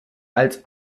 als